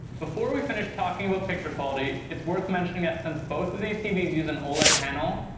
before we finish talking about picture quality, it's worth mentioning that since both of these tvs use an oled panel,